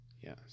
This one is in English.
Yes